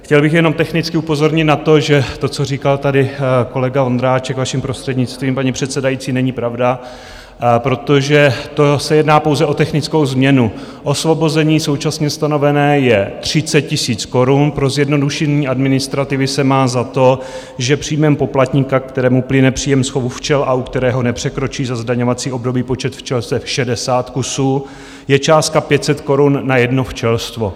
Chtěl bych jenom technicky upozornit na to, že to, co říkal tady kolega Vondráček, vaším prostřednictvím, paní předsedající, není pravda, protože to se jedná pouze o technickou změnu, osvobození současně stanovené je 30 tisíc korun, pro zjednodušení administrativy se má za to, že příjmem poplatníka, kterému plyne příjem z chovu včel a u kterého nepřekročí za zdaňovací období počet včelstev 60 kusů, je částka 500 korun na jedno včelstvo.